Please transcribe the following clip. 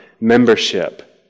membership